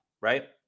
Right